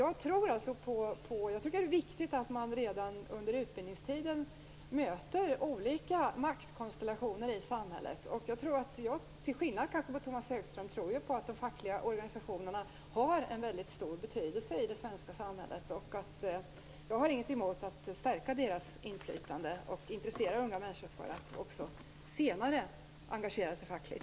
Jag tycker att det är viktigt att man redan under utbildningstiden möter olika maktkonstellationer i samhället. Jag till skillnad från Tomas Högström tror på att de fackliga organisationerna har en väldigt stor betydelse i det svenska samhället. Jag har inget emot att stärka deras inflytande och intressera unga människor för att också senare engagera sig fackligt.